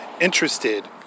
interested